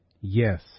yes